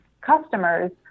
customers